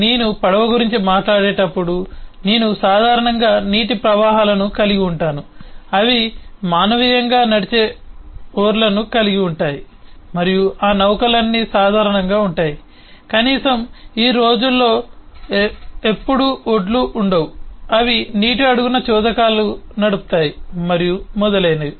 నేను పడవ గురించి మాట్లాడేటప్పుడు నేను సాధారణంగా నీటి వాహనాలను కలిగి ఉంటాను అవి మానవీయంగా నడిచే ఓర్లను కలిగి ఉంటాయి మరియు ఆ నౌకలన్నీ సాధారణంగా ఉంటాయి కనీసం ఈ రోజుల్లో ఎప్పుడూ ఒడ్లు ఉండవు అవి నీటి అడుగున చోదకాలు నడుపుతాయి మరియు మొదలైనవి